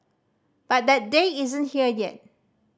but that day isn't here yet